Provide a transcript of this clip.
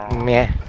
man